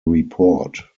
report